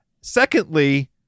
Secondly